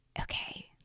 okay